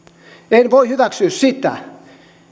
en voi hyväksyä sitä